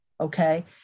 Okay